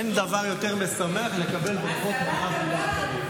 אין דבר יותר משמח מלקבל ברכות מהרב גלעד קריב.